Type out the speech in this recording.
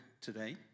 today